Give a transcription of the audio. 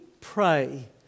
pray